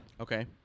okay